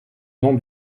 nom